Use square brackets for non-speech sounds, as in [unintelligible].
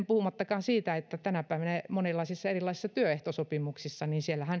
[unintelligible] puhumattakaan siitä että tänä päivänä monenlaisissa erilaisissa työehtosopimuksissa